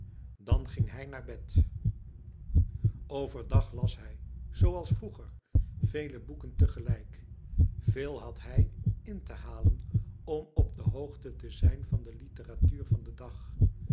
dan ging hij naar bed overdag las hij zooals vroeger vele boeken tegelijk veel had hij in te halen om op de hoogte te zijn van de literatuur van den dag